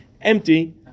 empty